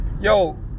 Yo